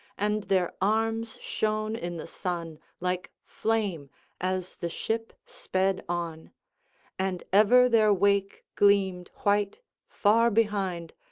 and their arms shone in the sun like flame as the ship sped on and ever their wake gleamed white far behind,